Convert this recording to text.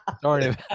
Sorry